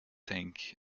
tank